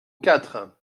quatre